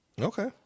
Okay